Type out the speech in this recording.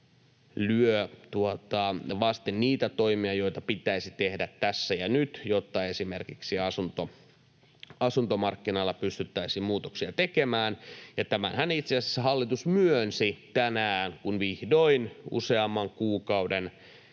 lyö vasten niitä toimia, joita pitäisi tehdä tässä ja nyt, jotta esimerkiksi asuntomarkkinoilla pystyttäisiin muutoksia tekemään. Ja tämänhän itse asiassa hallitus myönsi tänään, kun vihdoin useamman kuukauden